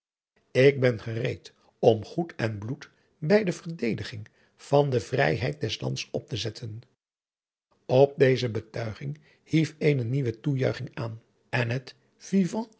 ik ben gereed om goed en bloed bij de verdediging van de vrijheid des lands op te zetten op deze betuiging hief eene nieuwe toejuiching aan en het